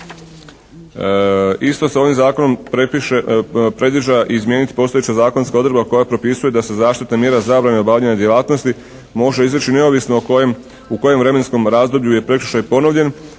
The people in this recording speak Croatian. Isto se ovim zakonom predviđa izmijeniti postojeća zakonska odredba koja propisuje da se zaštitna mjera zabrane obavljanja djelatnosti može izreći neovisno o kojem, u kojem vremenskom razdoblju je prekršaj ponovljen